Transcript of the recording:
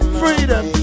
freedom